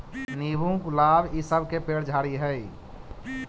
नींबू, गुलाब इ सब के पेड़ झाड़ि हई